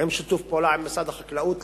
ובשיתוף פעולה עם משרד החקלאות,